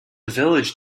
village